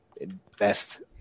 invest